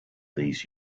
these